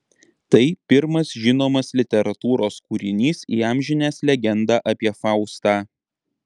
tai pirmas žinomas literatūros kūrinys įamžinęs legendą apie faustą